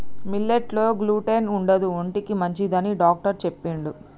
millet లో gluten ఉండదు ఒంటికి మంచిదని డాక్టర్ చెప్పిండు